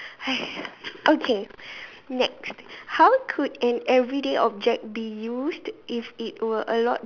okay next how could an everyday object be used if it were a lot